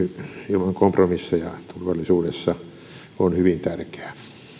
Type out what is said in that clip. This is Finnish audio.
ilman kompromisseja turvallisuudessa on hyvin tärkeää